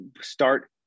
start